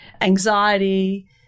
anxiety